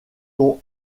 ton